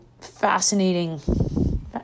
fascinating